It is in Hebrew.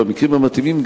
במקרים המתאימים,